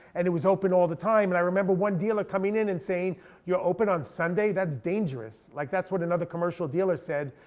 and it was open all the time. and i remember one dealer coming in and saying you're open on sunday, that's dangerous. like that's what another commercial dealer said,